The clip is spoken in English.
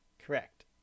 Correct